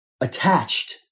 attached